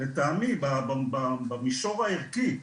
לטעמי במישור הערכי,